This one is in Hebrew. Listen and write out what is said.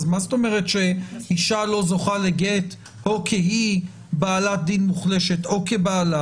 אז מה זאת אומרת שאישה לא זוכה לגט כי היא בעלת דין מוחלשת או בעלה?